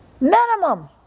Minimum